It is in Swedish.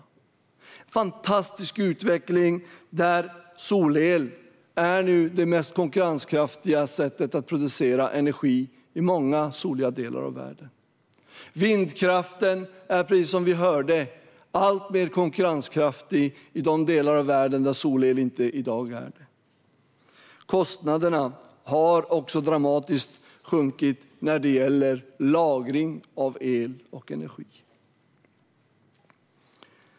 Det är en fantastisk utveckling, där solel nu är det mest konkurrenskraftiga sättet att producera energi i många soliga delar av världen. Vindkraften är, precis som vi hörde, alltmer konkurrenskraftig i de delar av världen där solel i dag inte är det. Kostnaderna har också sjunkit dramatiskt när det gäller lagring av el och energi.